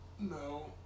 No